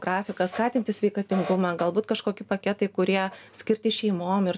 grafiką skatinti sveikatingumą galbūt kažkoki paketai kurie skirti šeimom ir